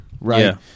right